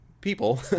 people